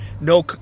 No